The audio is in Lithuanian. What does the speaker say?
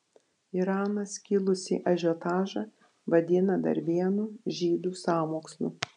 iranas kilusį ažiotažą vadina dar vienu žydų sąmokslu